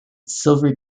silver